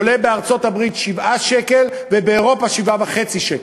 עולה בארצות-הברית 7 שקל ובאירופה 7.5 שקל.